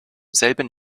selben